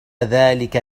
ذلك